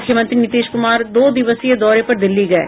मुख्यमंत्री नीतीश कुमार दो दिवसीय दौरे पर दिल्ली गये